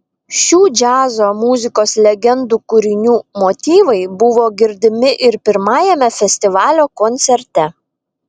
šių džiazo muzikos legendų kūrinių motyvai buvo girdimi ir pirmajame festivalio koncerte